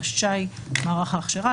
רשאי מערך ההכשרה,